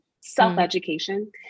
self-education